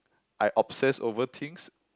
I obsess over things